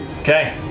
Okay